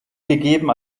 gegeben